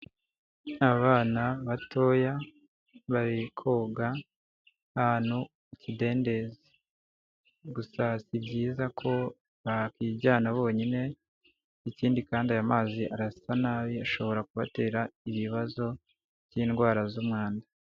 Abana batoya bari koga ahantu ikidendezi, gusa si byiza ko bakwijyana bonyine ikindi kandi ayo mazi arasa nabi, ashobora kubatera ibibazo by'indwara z'umwanda.